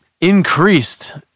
increased